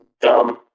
dumb